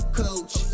coach